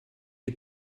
les